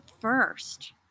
first